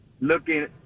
looking